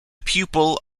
pupil